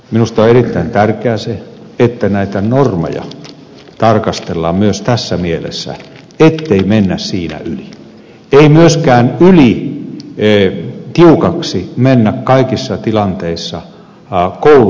minusta on erittäin tärkeää se että näitä normeja tarkastellaan myös tässä mielessä ettei mennä siinä yli ei myöskään ylitiukaksi mennä kaikissa tilanteissa koulutusvaatimusten osalta